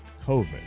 COVID